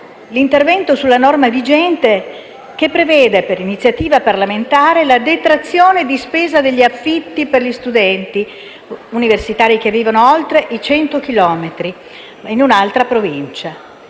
l'intervento sulla norma vigente che prevede, per iniziativa parlamentare, la detrazione di spesa degli affitti per gli studenti universitari che vivono oltre i 100 chilometri in un'altra Provincia.